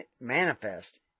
manifest